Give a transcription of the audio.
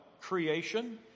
Creation